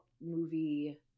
movie